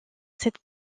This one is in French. cette